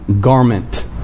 garment